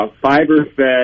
fiber-fed